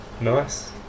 nice